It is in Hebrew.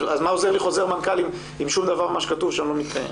מה עוזר לי חוזר מנכ"ל אם שום דבר ממה שכתוב בו לא מתקיים?